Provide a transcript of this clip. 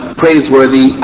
praiseworthy